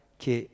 che